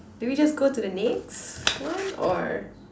do we just go to the next one or